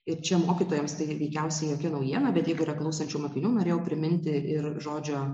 ir čia mokytojams tai veikiausiai jokia naujiena bet jeigu yra klausančių mokinių norėjau priminti ir žodžio